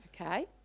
Okay